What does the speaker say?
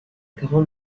grand